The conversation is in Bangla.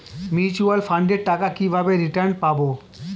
মিউচুয়াল ফান্ডের টাকা কিভাবে রিটার্ন পাব?